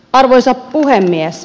arvoisa puhemies